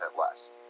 less